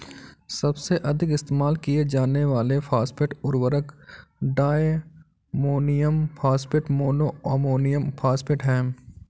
सबसे अधिक इस्तेमाल किए जाने वाले फॉस्फेट उर्वरक diammonium phosphate, mono ammonium phosphate हैं